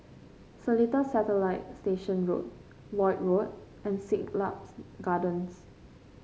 Seletar Satellite Station Road Lloyd Road and Siglaps Gardens